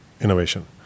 innovation